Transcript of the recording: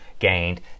gained